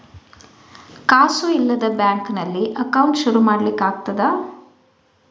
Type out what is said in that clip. ಕಾಸು ಇಲ್ಲದ ಬ್ಯಾಂಕ್ ನಲ್ಲಿ ಅಕೌಂಟ್ ಶುರು ಮಾಡ್ಲಿಕ್ಕೆ ಆಗ್ತದಾ?